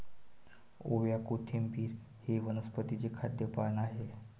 ओवा, कोथिंबिर हे वनस्पतीचे खाद्य पान आहे